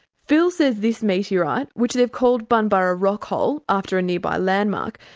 phil says this meteorite, which they've called bunburra rockhole after a nearby landmark,